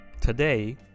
Today